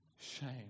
Shame